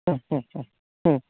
হুম হুম হুম হুম